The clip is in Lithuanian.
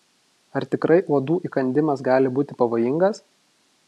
ar tikrai uodų įkandimas gali būti pavojingas